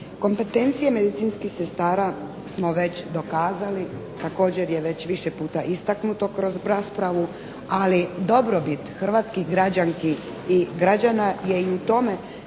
Kompetencije medicinskih sestara smo već dokazali, također je već više puta istaknuto kroz raspravu, ali dobrobit hrvatskih građanki i građana je i u tome